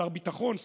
שר ביטחון,